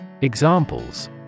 examples